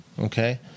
Okay